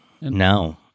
no